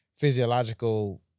Physiological